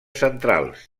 centrals